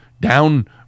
down